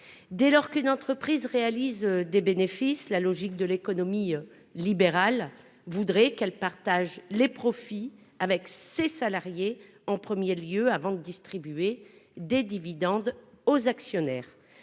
Dès lors qu'une entreprise réalise des bénéfices, la logique de l'économie libérale voudrait qu'elle partage les profits avec ses salariés en premier lieu, avant de distribuer des dividendes aux actionnaires.